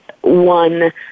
one